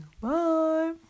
Bye